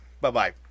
Bye-bye